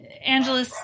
Angela